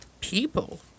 people